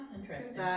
Interesting